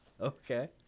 okay